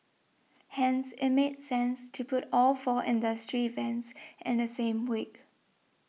hence it made sense to put all four industry events in the same week